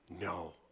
No